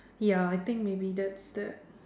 ya I think maybe that's that